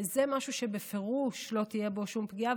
זה משהו שבפירוש לא תהיה בו שום פגיעה.